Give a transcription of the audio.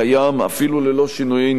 אפילו ללא שינויי נוסח,